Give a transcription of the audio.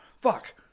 Fuck